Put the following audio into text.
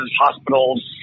hospitals